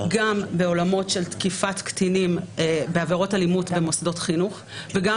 גם בעולמות של תקיפת קטינים בעבירות אלימות במוסדות חינוך וגם